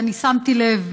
ואני שמתי לב,